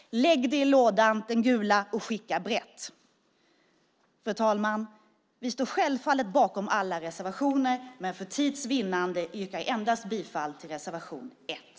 Lägg det i gula lådan och skicka brett. Fru talman! Vi står självfallet bakom alla reservationer, men för tids vinnande yrkar jag endast bifall till reservation 1.